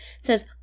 says